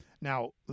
now